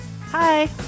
Hi